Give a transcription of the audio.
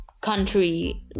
country